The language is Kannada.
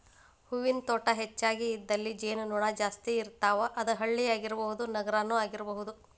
ಹೂವಿನ ತೋಟಾ ಹೆಚಗಿ ಇದ್ದಲ್ಲಿ ಜೇನು ನೊಣಾ ಜಾಸ್ತಿ ಇರ್ತಾವ, ಅದ ಹಳ್ಳಿ ಆಗಿರಬಹುದ ನಗರಾನು ಆಗಿರಬಹುದು